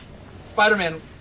Spider-Man